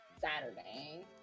Saturday